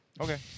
Okay